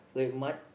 Redmart